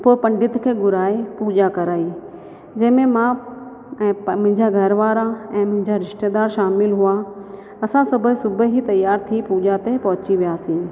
पोइ पंडित खे घुराए पूॼा कराई जंहिंमें मां ऐं मुंहिंजा घर वारा ऐं मुंहिंजा रिश्तेदार शामिलु हुआ असां सभु सुबुह ई तयारु थी पूॼा ते पहुची वियासीं